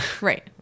Right